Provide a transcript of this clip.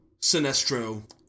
Sinestro